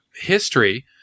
history